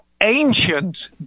ancient